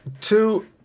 Two